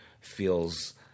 feels